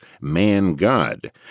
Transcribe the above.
man-God